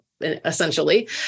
essentially